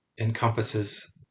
encompasses